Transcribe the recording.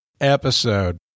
episode